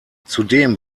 zudem